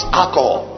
alcohol